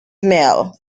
mill